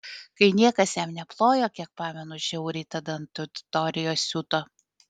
kai niekas jam neplojo kiek pamenu žiauriai tada ant auditorijos siuto